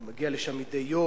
אני מגיע לשם מדי יום,